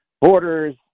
borders